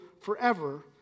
forever